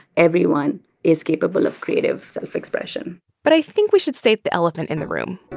everyone is capable of creative self-expression but i think we should state the elephant in the room